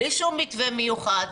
בלי שום מתווה מיוחד,